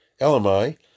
LMI